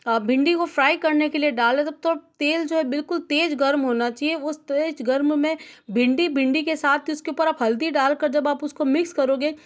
भिंडी को फ्राई करने के लिए डालें तो तेल जो बिल्कुल तेज गर्म होना चहिए उसे तेज गम में भिंडी भिंडी के साथ उसके ऊपर आप हल्दी डालकर जब आप उसको मिक्स करोगे